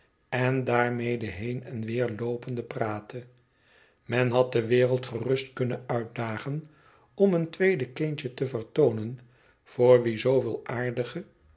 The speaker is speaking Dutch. en daarmede heen en weer loopende praatte men had de wereld gerust kunnen uitdagen om een tweede kindje te vertoonen voor wie zooveel aardige